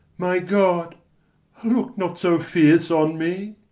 my god, look not so fierce on me!